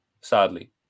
Sadly